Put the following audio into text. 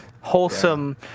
Wholesome